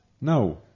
No